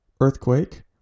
earthquake